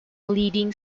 leading